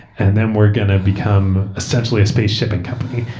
and then we're going to become, essentially, a space shipping company,